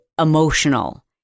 emotional